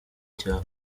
cyabo